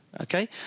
okay